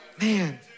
Man